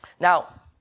Now